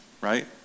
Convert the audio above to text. Right